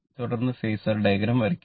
തുടർന്ന് phasor diagram വരയ്ക്കുക